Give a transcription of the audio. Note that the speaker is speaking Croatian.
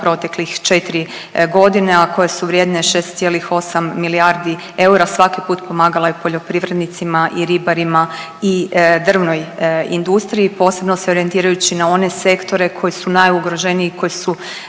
proteklih četri godine, a koje su vrijedne 6,8 milijardi eura svaki put pomagale poljoprivrednicima i ribarima i drvnoj industriji, posebno se orijentirajući na one sektore koji su najugroženiji, koji su